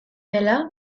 dela